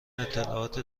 اطلاعات